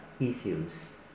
issues